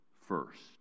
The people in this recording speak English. first